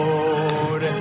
Lord